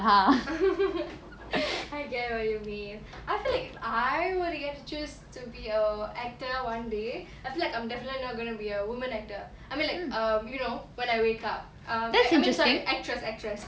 I get what you mean I feel like if I were to get to choose to be a actor one day I feel like I'm definitely not going to be a woman actor I mean like um you know when I wake up um I mean sorry actress actress